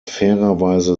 fairerweise